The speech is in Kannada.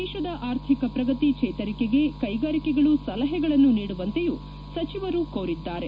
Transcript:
ದೇಶದ ಅರ್ಧಿಕ ಪ್ರಗತಿ ಚೇತರಿಕೆಗೆ ಕೈಗಾರಿಕೆಗಳು ಸಲಹೆಗಳನ್ನು ನೀಡವಂತೆಯೂ ಸಚಿವರು ಕೋರಿದ್ದಾರೆ